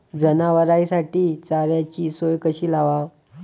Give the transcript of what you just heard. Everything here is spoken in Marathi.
जनावराइसाठी चाऱ्याची सोय कशी लावाव?